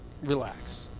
relax